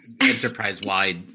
enterprise-wide